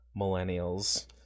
millennials